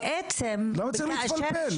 למה צריך להתפלפל?